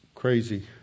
Crazy